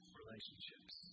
relationships